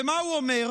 ומה הוא אומר?